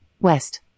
west